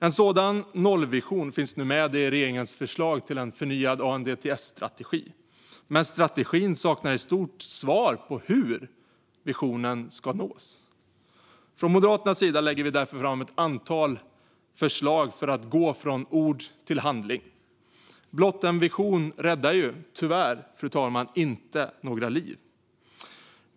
En sådan nollvision finns nu med i regeringens förslag till en förnyad ANDTS-strategi. Men strategin saknar i stort svar på hur visionen ska nås. Från Moderaternas sida lägger vi därför fram ett antal förslag för att gå från ord till handling. Blott en vision räddar ju tyvärr, fru talman, inte några liv.